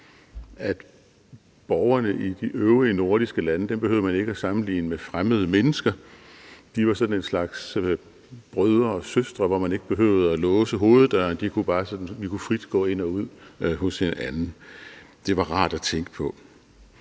borgerne i de øvrige nordiske lande med fremmede mennesker, for de var sådan en slags brødre og søstre, hvor man ikke behøvede at låse hoveddøren, for vi kunne frit gå ind og ud hos hinanden. Det var rart at tænke på.